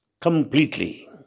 completely